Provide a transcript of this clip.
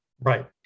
Right